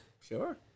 Sure